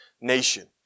nation